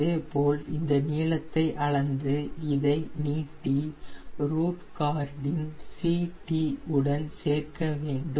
இதேபோல் இந்த நீளத்தை அளந்து இதை நீட்டி ரூட் கார்ட்டில் CT சேர்க்க வேண்டும்